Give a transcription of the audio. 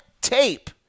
tape